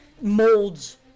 Molds